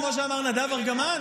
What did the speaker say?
כמו שאמר נדב ארגמן?